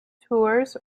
tours